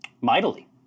mightily